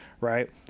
Right